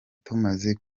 tumaze